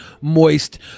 moist